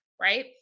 right